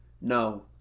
No